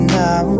now